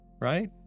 right